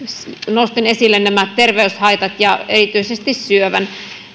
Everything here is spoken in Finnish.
nostin esille nämä terveyshaitat ja erityisesti syövän